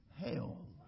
hell